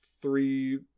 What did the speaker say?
three